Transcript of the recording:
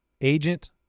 agent